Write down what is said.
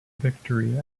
victory